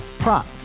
Prop